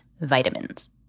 vitamins